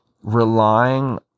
Relying